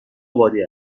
بادی